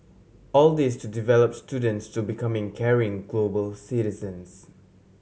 all this to develop students to becoming caring global citizens